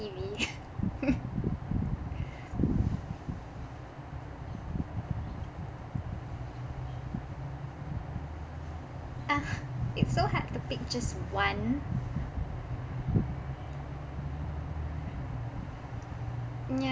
T_V ah it's so hard to pick just one ya